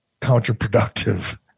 counterproductive